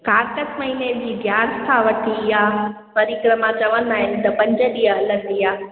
कार्तक महीने जी ग्यारस खां वठी आहे इहा परिक्रमा चवंदा आहिनि त पंज ॾींहं हलंदी आ्हे